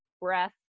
breath